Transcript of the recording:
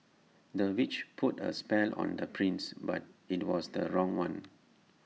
the witch put A spell on the prince but IT was the wrong one